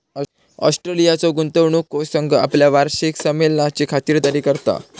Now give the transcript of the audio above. ऑस्ट्रेलियाचो गुंतवणूक कोष संघ आपल्या वार्षिक संमेलनाची खातिरदारी करता